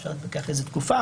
אפשר להתווכח איזה תקופה,